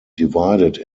divided